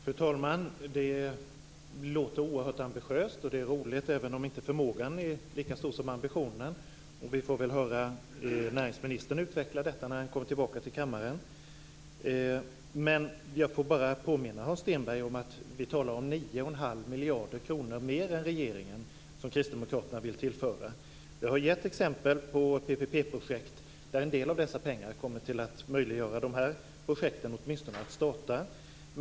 Fru talman! Det låter oerhört ambitiöst, och det är roligt även om inte förmågan är lika stor som ambitionen. Vi får väl höra näringsministern utveckla detta när han kommer tillbaka till kammaren. Jag vill bara påminna Hans Stenberg om att vi talar om 9 1⁄2 miljarder kronor mer än regeringen som Kristdemokraterna vill tillföra. Jag har gett exempel på PPP-projekt där en del av dessa pengar kommer att möjliggöra dessa projekt, åtminstone att starta.